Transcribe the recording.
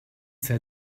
said